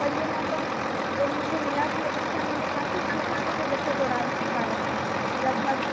पर यह मौका जब मुझे मिला था उस टाइम मैंने काफ़ी छोटे छोटे बच्चों को डान्स सिखाया था लगभग